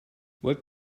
what